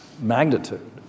magnitude